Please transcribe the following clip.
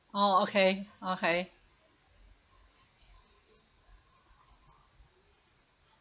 oh okay okay